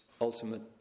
ultimate